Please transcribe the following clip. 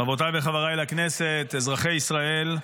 חברותיי וחבריי לכנסת, אזרחי ישראל,